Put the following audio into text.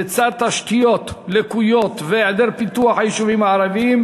לצד תשתיות לקויות והיעדר פיתוח ביישובים הערביים,